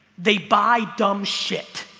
they buy dumb shit